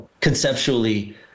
conceptually